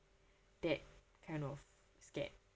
that kind of scared